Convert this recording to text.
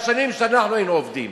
בשנים שאנחנו היינו עובדים.